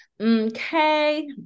okay